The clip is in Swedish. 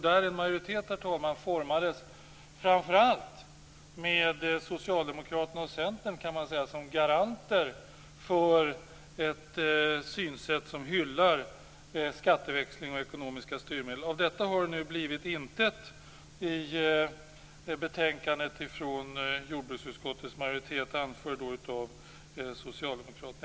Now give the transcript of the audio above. Där formades en majoritet framför allt med Socialdemokraterna och Centern som garanter för ett synsätt som hyllar skatteväxling och ekonomiska styrmedel. Av detta har det nu blivit intet i betänkandet från jordbruksutskottets majoritet anförd av Socialdemokraterna.